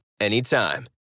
Anytime